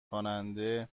خواننده